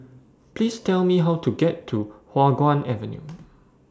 Please Tell Me How to get to Hua Guan Avenue